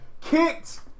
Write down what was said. Kicked